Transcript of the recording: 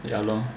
ya lor